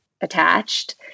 attached